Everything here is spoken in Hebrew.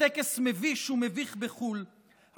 לטקס מביש ומביך בחו"ל.